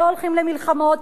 שלא הולכים למלחמות,